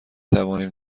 توانیم